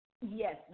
Yes